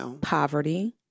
poverty